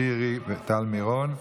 שירי וטל מירון,